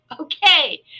okay